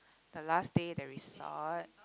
the last day the resort